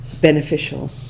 beneficial